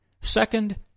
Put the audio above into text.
Second